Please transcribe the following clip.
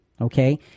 okay